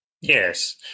Yes